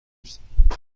داشتیم